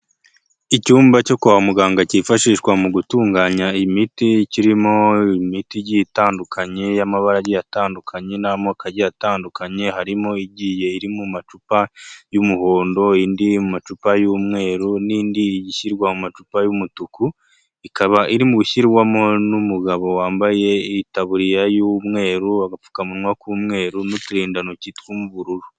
Icyumba cyo kwa muganga cyifashishwa mu gutunganya imiti, kirimo imiti igiye itandukanye y'amabara atandukanye n'amokoye atandukanye, harimo igiye iri mu macupa y'umuhondo, mu macupa y'umweru n'indi ishyirwa mu macupa y'umutuku, ikaba iri mu gushyirwamo n'umugabo wambaye itaburiya y'umweru n'apfukamuwa k'umweru n'uturindantoki tw'ubururu.